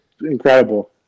incredible